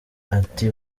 ati